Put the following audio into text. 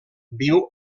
viu